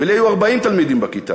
ואצלי היו 40 תלמידים בכיתה.